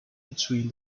between